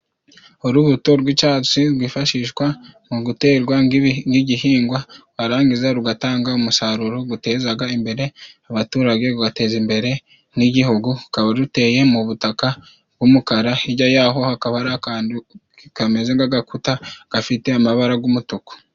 Urubuto rw'icyatsi rwifashishwa mu guterwa ng'ibi nk'igihingwa, rwarangiza rugatanga umusaruro. Gutezaga imbere abaturage gugateza imbere n'igihugu. Rukaba ruteye mu butaka bw'umukara, hijya yaho hakaba hari akantu kameze nk'igikuta gafite amabara g'umutuku.